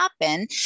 happen